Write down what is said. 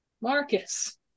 Marcus